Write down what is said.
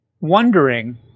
wondering